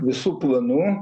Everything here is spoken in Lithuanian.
visų planų